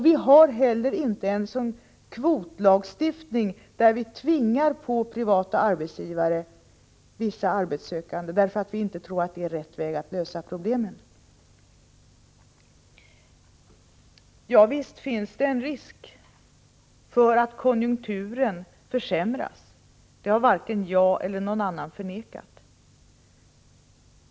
Vi har heller inte en kvotlagstiftning där vi påtvingar privata arbetsgivare vissa arbetssökande; vi tror inte att det är rätt väg att lösa problemen. Visst finns det en risk för att konjunkturen försämras, det har varken jag eller någon annan förnekat.